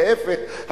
להיפך,